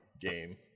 game